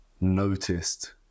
noticed